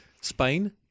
Spain